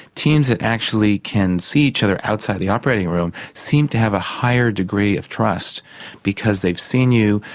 teams that actually can see each other outside the operating room seem to have a higher degree of trust because they've seen you,